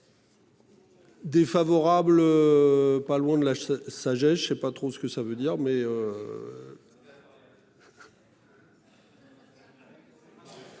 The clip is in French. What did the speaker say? Défavorable. Pas loin de la sagesse. Je sais pas trop ce que ça veut dire mais.